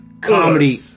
comedy